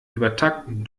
übertakten